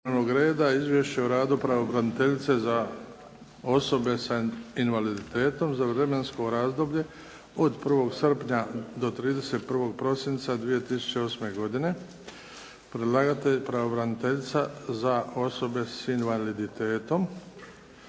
izvješće o radu pravobraniteljice za osobe sa invaliditetom za vremensko razdoblje od 1. srpnja do 31. prosinca 2008. godine. Predlagatelj: pravobraniteljica za osobe sa invaliditetom.